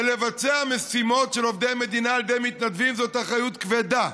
ולבצע משימות של עובדי מדינה על ידי מתנדבים זאת אחריות כבדה.